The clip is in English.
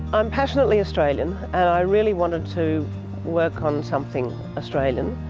i'm passionately australian and i really wanted to work on something australian,